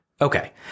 Okay